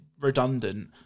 redundant